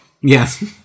Yes